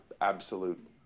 absolute